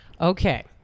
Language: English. Okay